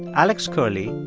alex curley,